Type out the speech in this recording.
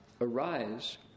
arise